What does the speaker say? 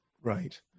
right